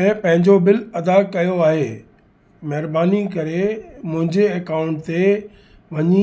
ऐं पंहिंजो बिल अदा कयो आहे महिरबानी करे मुंहिंजे अकाउंट ते वञी